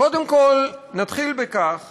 קודם כול, נתחיל בכך